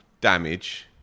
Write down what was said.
damage